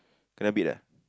rabbit ah